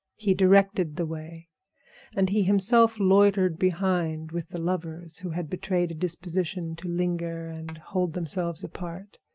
he directed the way and he himself loitered behind with the lovers, who had betrayed a disposition to linger and hold themselves apart.